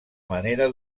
manera